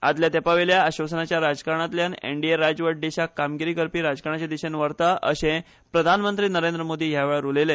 आदले तेपावेल्या आश्वासनाच्या राजकारणातल्यान एनडीए राजवट देशाक कामगिरीकरपी राजकारणाचे दिशेन व्हरता अशे प्रधानमंत्री नरेंद्र मोदी ह्यावेळार उलयले